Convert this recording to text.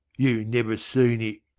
you never seen it.